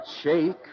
shake